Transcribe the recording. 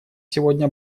сегодня